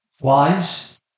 Wives